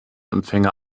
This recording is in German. empfänger